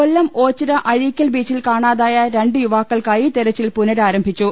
കൊല്ലം ഓച്ചിറ അഴീക്കൽ ബീച്ചിൽ കാണാതായ രണ്ട് യുവാ ക്കൾക്കായി തെരച്ചിൽ പുനരാരംഭിച്ചു